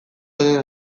honen